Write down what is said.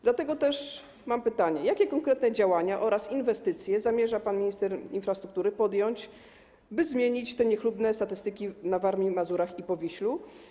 Dlatego też mam pytanie: Jakie konkretne działania oraz inwestycje zamierza podjąć pan minister infrastruktury, by zmienić te niechlubne statystyki na Warmii i Mazurach i Powiślu?